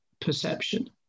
perception